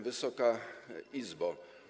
Wysoka Izbo!